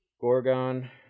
Gorgon